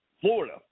Florida